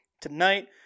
tonight